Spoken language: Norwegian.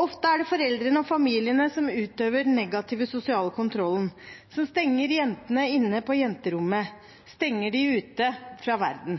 Ofte er det foreldrene og familiene som utøver den negative sosiale kontrollen, som stenger jentene inne på jenterommet, stenger dem ute fra verden.